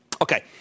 Okay